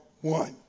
one